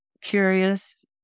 curious